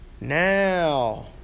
Now